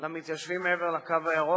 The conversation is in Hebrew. למתיישבים מעבר ל"קו הירוק",